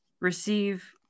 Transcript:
receive